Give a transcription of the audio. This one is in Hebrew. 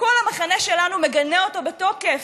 כל המחנה שלנו מגנה אותו בתוקף,